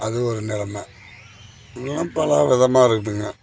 அது ஒரு நிலம இன்னும் பல விதமாக இருக்குதுங்க